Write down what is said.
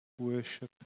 Worship